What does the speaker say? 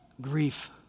grief